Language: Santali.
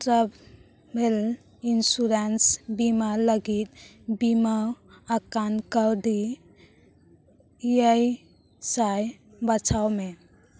ᱴᱨᱟᱵᱷᱮᱞ ᱤᱱᱥᱩᱨᱮᱱᱥ ᱵᱤᱢᱟ ᱞᱟᱹᱜᱤᱫ ᱵᱤᱢᱟ ᱟᱠᱟᱱ ᱠᱟᱹᱣᱰᱤ ᱮᱭᱟᱭ ᱥᱟᱭ ᱵᱟᱪᱷᱟᱣ ᱢᱮ